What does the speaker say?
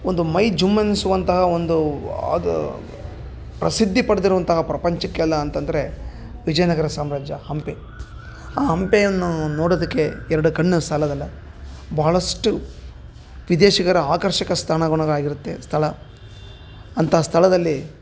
ಒಂದು ಮೈ ಜುಮ್ ಎನ್ನಿಸುವಂತಹ ಒಂದು ಆದ ಪ್ರಸಿದ್ಧಿ ಪಡ್ದಿರುವಂತಹ ಪ್ರಪಂಚಕ್ಕೆಲ್ಲ ಅಂತಂದರೆ ವಿಜಯನಗರ ಸಾಮ್ರಾಜ್ಯ ಹಂಪೆ ಆ ಹಂಪೆಯನ್ನು ನೋಡೋದುಕ್ಕೆ ಎರಡು ಕಣ್ಣು ಸಾಲೋದಲ್ಲ ಭಾಳಷ್ಟು ವಿದೇಶಿಗರ ಆಕರ್ಷಕ ತಾಣಗಳಾಗಿರತ್ತೆ ಸ್ಥಳ ಅಂತಹ ಸ್ಥಳದಲ್ಲಿ